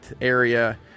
area